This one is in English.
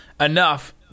enough